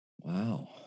Wow